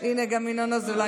אני לא יודע אם